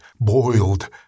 boiled